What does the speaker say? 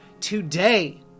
today